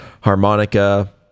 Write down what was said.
harmonica